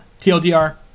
TLDR